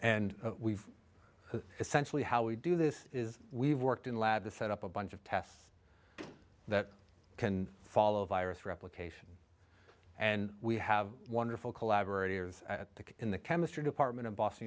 and essentially how we do this is we've worked in the lab to set up a bunch of tests that can follow virus replication and we have wonderful collaborators at the in the chemistry department in boston